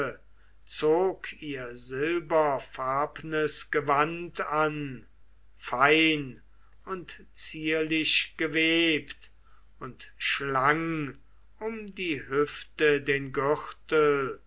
zog ihr silberfarbnes gewand an fein und zierlich gewebt und schlang um die hüfte den gürtel